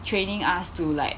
training us to like